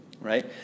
Right